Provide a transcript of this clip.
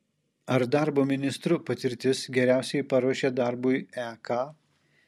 ar darbo ministru patirtis geriausiai paruošia darbui ek